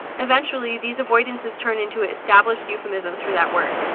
eventually, these avoidances turn into established euphemisms for that word.